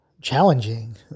challenging